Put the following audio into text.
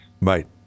Right